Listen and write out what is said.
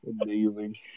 Amazing